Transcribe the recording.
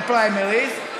בפריימריז,